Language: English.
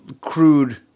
crude